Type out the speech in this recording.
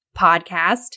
podcast